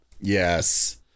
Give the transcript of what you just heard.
Yes